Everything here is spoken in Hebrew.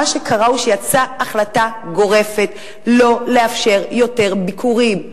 מה שקרה הוא שיצאה החלטה גורפת שלא לאפשר יותר ביקורים,